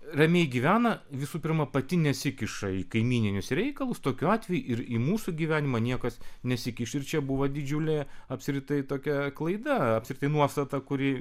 ramiai gyvena visų pirma pati nesikiša į kaimyninius reikalus tokiu atveju ir į mūsų gyvenimą niekas nesikiš ir čia buvo didžiulė apskritai tokia klaida apskritai nuostata kuri